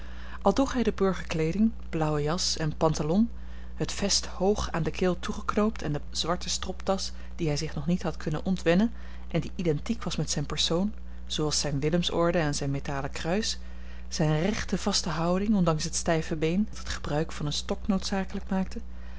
al droeg hij de burgerkleeding blauwe jas en pantalon het vest hoog aan de keel toegeknoopt en de zwarte stropdas die hij zich nog niet had kunnen ontwennen en die identiek was met zijn persoon zooals zijne willemsorde en zijn metalen kruis zijne rechte vaste houding ondanks het stijve been dat het gebruik van een stok noodzakelijk maakte